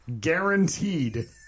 guaranteed